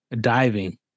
diving